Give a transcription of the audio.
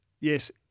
yes